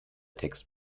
text